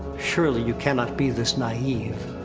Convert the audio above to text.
surely, you cannot be this naive.